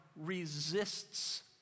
resists